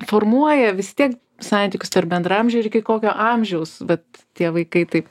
formuoja vis tiek santykius tarp bendraamžių ir iki kokio amžiaus vat tie vaikai taip